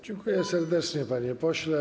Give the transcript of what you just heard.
Dziękuję serdecznie, panie pośle.